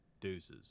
Deuces